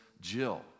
Jill